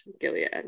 Gilead